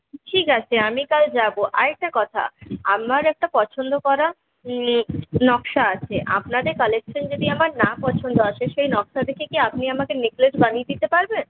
ঠিক আছে আমি কাল যাবো আরেকটা কথা আমার একটা পছন্দ করা নকশা আছে আপনাদের কালেকশন যদি আমার না পছন্দ হয় তো সেই নকশা দেখে কি আপনি আমাকে নেকলেস বানিয়ে দিতে পারবেন